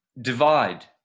divide